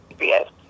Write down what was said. Yes